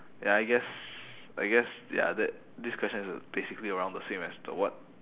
ya I guess I guess ya that this question is uh basically around the same as the what